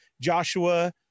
Joshua